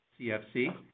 CFC